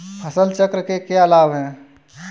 फसल चक्र के क्या लाभ हैं?